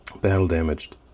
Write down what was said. battle-damaged